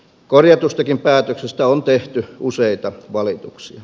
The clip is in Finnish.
korjatustakin päätöksestä on tehty useita valituksia